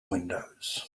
windows